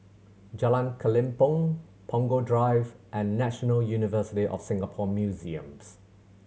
Jalan Kelempong Punggol Drive and National University of Singapore Museums